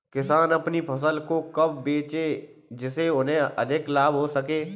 किसान अपनी फसल को कब बेचे जिसे उन्हें अधिक लाभ हो सके?